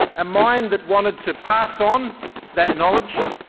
a mind that wanted to pass on that knowledge,